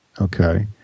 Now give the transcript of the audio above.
Okay